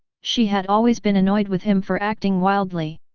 she had always been annoyed with him for acting wildly.